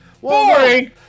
Boring